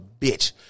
bitch